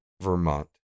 Vermont